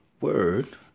word